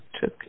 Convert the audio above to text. took